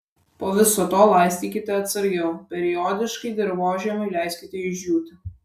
po viso to laistykite atsargiau periodiškai dirvožemiui leiskite išdžiūti